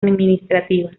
administrativa